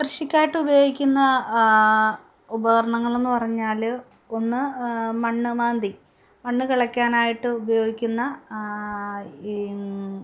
കൃഷിക്കായിട്ട് ഉപയോഗിക്കുന്ന ഉപകരണങ്ങൾ എന്ന് പറഞ്ഞാൽ ഒന്ന് മണ്ണ് മാന്തി മണ്ണ് കിളക്കാനായിട്ട് ഉപയോഗിക്കുന്ന ഈ